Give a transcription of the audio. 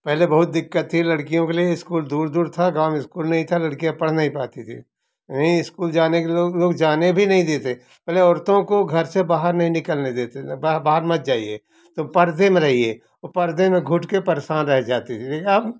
पहले बहुत दिक्कत थी लड़कियों के लिए स्कूल दूर दूर था गाँव में स्कूल नहीं था लड़कियाँ पढ़ नहीं पाती थी यहीं स्कूल जाने के लोग जाने भी नहीं देते थे पहले औरतों को घर से बाहर नहीं निकलने देते थे बाहर मत जाइए तो पर्दे में रहिए और पर्दे में घुट के परेशान रह जाती थी लेकिन अब